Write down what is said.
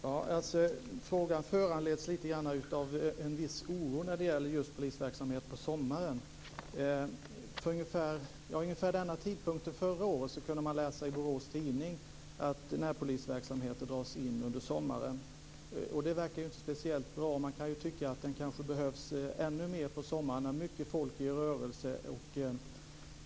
Fru talman! Frågan föranleds av en viss oro när det gäller just polisverksamheten på sommaren. Vid ungefär denna tidpunkt förra året kunde man läsa i Borås tidning att närpolisverksamheten skulle dras in under sommaren. Det verkade ju inte speciellt bra. Den kanske behövs ännu mer på sommaren då mycket folk är i rörelse.